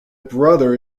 brother